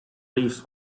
leaves